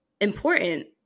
important